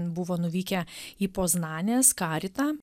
buvo nuvykę į poznanės karitą